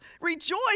rejoice